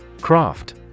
Craft